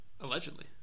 Allegedly